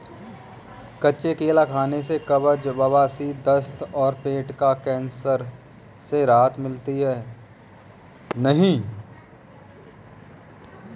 कच्चा केला खाने से कब्ज, बवासीर, दस्त और पेट का कैंसर से राहत मिलता है